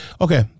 okay